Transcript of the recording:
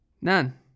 None